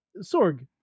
Sorg